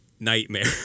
nightmare